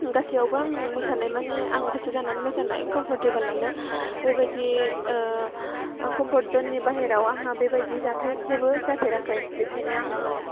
गासैयावबो आं मोसानाय मानि आं गोसो जानानै मोसानाय कमफर्टेबलआनो बेबादि कमफर्ट जननि बाहेरायाव आंहा बेबादि जाथाय जेबो जाफेराखै बेखायनो आङो